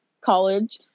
college